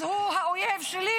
אז הוא האויב שלי,